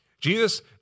Jesus